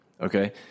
Okay